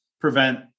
prevent